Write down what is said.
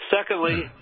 Secondly